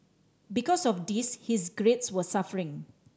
because of this his grades were suffering